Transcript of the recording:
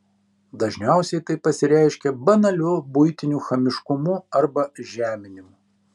dažniausiai tai pasireiškia banaliu buitiniu chamiškumu arba žeminimu